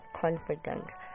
confidence